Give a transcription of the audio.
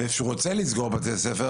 ואיפה שהוא רוצה לסגור בתי ספר,